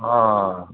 हा